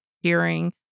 hearing